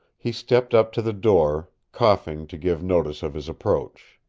he stepped up to the door, coughing to give notice of his approach.